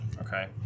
Okay